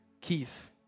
Keys